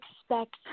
expect